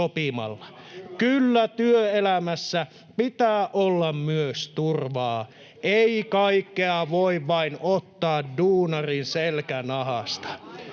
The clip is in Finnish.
Kyllä työelämässä pitää olla myös turvaa. Ei kaikkea voi vain ottaa duunarin selkänahasta.